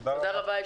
תודה רבה.